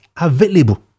available